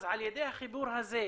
על ידי החיבור הזה,